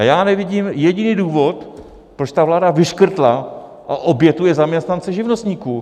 A já nevidím jediný důvod, proč ta vláda vyškrtla a obětuje zaměstnance živnostníků.